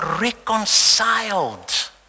reconciled